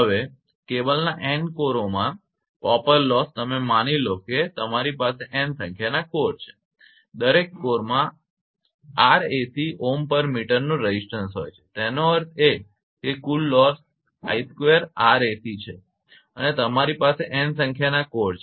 હવે કેબલના n કોરોમાં કોપર લોસ તમે માની લો કે તમારી પાસે n સંખ્યાના કોર છે દરેક કોરમાં 𝑅𝑎𝑐 ohm per meter નો રેઝિસ્ટન્સ હોય છે તેનો અર્થ એ કે કુલ લોસ 𝑖2𝑅𝑎𝑐છે અને તમારી પાસે n સંખ્યાના કોર છે